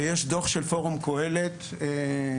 ויש דו"ח של פורום קהלת מ-2017,